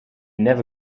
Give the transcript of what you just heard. never